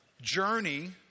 journey